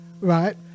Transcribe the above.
right